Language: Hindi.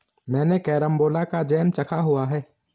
मैंने कैरमबोला का जैम चखा हुआ है